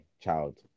child